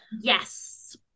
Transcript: yes